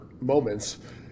moments